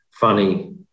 funny